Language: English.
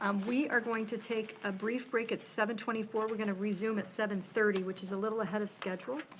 um we are going to take a brief break, it's seven twenty four. we're gonna resume at seven thirty, which is a little ahead of schedule.